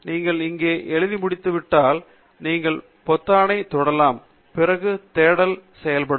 நீங்கள் இங்கே எழுதி முடித்துவிட்டால் நீங்கள் பொத்தானைத் தொடலாம் பிறகு தேடல் செய்யப்படும்